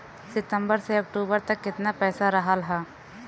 सितंबर से अक्टूबर तक कितना पैसा रहल ह?